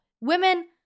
women